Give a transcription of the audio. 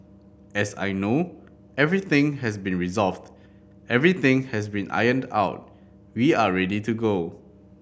as I know everything has been resolved everything has been ironed out we are ready to go